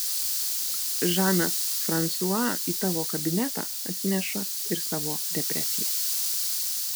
žanas fransua į tavo kabinetą atsineša ir savo depresiją